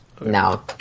No